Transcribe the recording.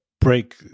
break